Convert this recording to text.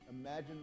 Imagine